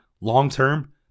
long-term